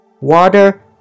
Water